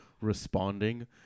responding